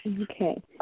Okay